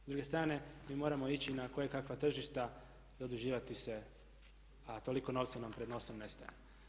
S druge strane, mi moramo ići na kojekakva tržišta zaduživati se a toliko novca nam pred nosom nestaje.